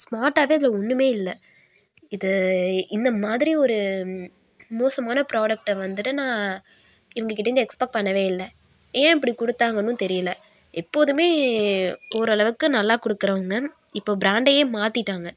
ஸ்மார்டாகவே அதில் ஒன்றுமே இல்லை இது இந்த மாதிரி ஒரு மோசமான ப்ரோடக்ட்டை வந்துட்டு நான் இவங்க கிட்டேயிருந்து எக்ஸ்பெக்ட் பண்ணவே இல்லை ஏன் இப்படி கொடுத்தாங்கன்னும் தெரியலை எப்போதுமே ஓரளவுக்கு நல்லா கொடுக்கறவுங்க இப்போ பிராண்டையே மாற்றிட்டாங்க